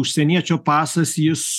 užsieniečio pasas jis